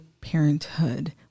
parenthood